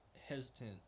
hesitant